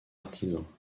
artisans